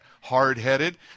hard-headed